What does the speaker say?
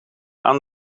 aan